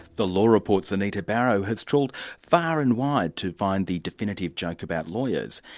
the law report's anita barraud has trawled far and wide to find the definitive joke about lawyers,